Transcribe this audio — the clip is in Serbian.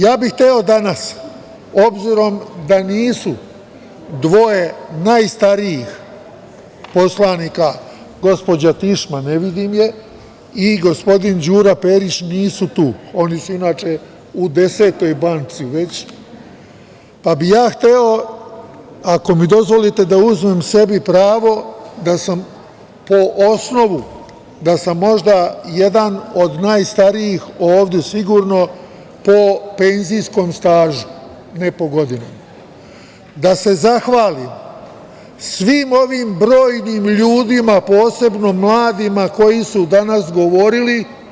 Hteo bih danas, obzirom da nisu dvoje najstarijih poslanika, gospođa Tišma, ne vidim je, i gospodin Đuro Perić, nisu tu, oni su, inače, u desetoj banci već, pa bih ja hteo, ako mi dozvolite, da uzmem sebi pravo da sam možda jedan od najstarijih, ovde sigurno, po penzijskom stažu, ne po godinama, da se zahvalim svim ovim brojnim ljudima, posebno mladima koji su danas govorili.